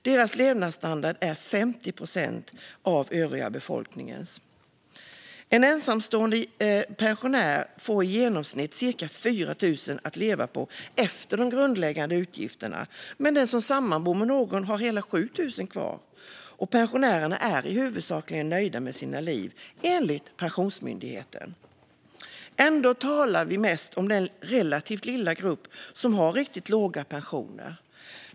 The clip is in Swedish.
Deras levnadsstandard är 50 procent av övriga befolkningens. En ensamstående pensionär får i genomsnitt cirka 4 000 att leva på efter de grundläggande utgifterna, men den som sammanbor med någon har hela 7 000 kvar. Och pensionärerna är huvudsakligen nöjda med sina liv, enligt Pensionsmyndigheten. Ändå talar vi mest om den relativt lilla grupp som har riktigt låga pensioner.